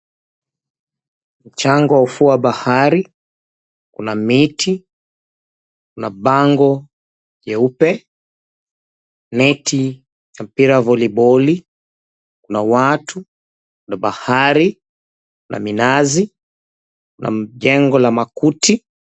Mchanga wa ufuo wa bahari, kuna miti, kuna bango jeupe, neti ya mpira voliboli, kuna watu, bahari, na minazi na jengo la makuti.